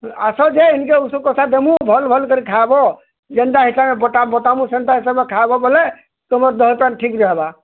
ଆସ ଯେ ଇନ୍କେ ଉଷଦ୍ କଷା ଦେମୁଁ ଭଲ୍ ଭଲ୍ କରି ଖାଏବ ଯେନ୍ତା ହିସାବେ ବତାମୁଁ ସେନ୍ତା ହିସାବେ ଖାଏବ ବୋଲେ ତମର୍ ଠିକ୍ ହେବା